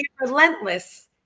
relentless